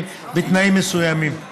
בתנאים מסוימים.